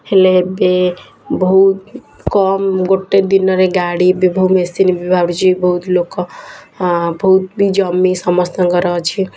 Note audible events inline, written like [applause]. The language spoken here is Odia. ହେଲେ ଏବେ ବହୁତ କମ୍ ଗୋଟେ ଦିନରେ ଗାଡ଼ି [unintelligible] ମେସିନ୍ ବାହାରୁଛି ବହୁତ ଲୋକ ବହୁତ ବି ଜମି ସମସ୍ତଙ୍କର ଅଛି